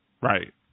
Right